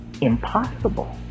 impossible